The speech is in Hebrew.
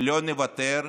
לא נוותר,